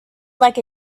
like